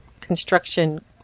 construction